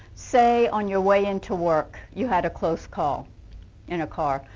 say on your way into work, you had a close call in a car.